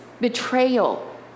betrayal